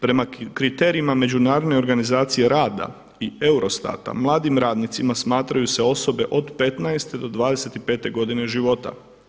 Prema kriterijima Međunarodne organizacije rada i Eurostata mladim radnicima smatraju se osobe od 15 do 25 godine života.